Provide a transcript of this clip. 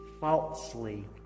falsely